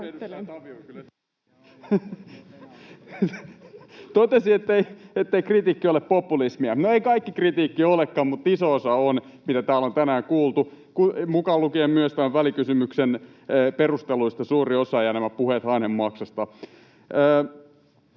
totesi, ettei kritiikki ole populismia. No, ei kaikki kritiikki olekaan, mutta iso osa on, mitä täällä on tänään kuultu, mukaan lukien myös tämän välikysymyksen perusteluista suuri osa ja nämä puheet hanhenmaksasta.